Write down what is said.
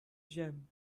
gem